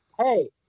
Hey